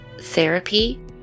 therapy